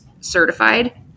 certified